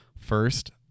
first